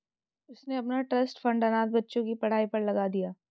उसने अपना trust fund अनाथ बच्चों की पढ़ाई पर लगा दिया